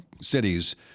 cities